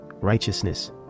righteousness